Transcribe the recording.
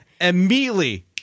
immediately